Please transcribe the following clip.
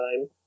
time